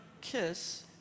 kiss